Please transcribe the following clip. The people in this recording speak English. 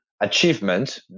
achievement